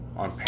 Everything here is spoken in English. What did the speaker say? on